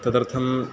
तदर्थं